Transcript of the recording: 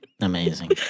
Amazing